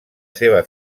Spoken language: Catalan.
seva